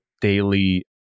daily